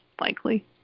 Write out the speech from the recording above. likely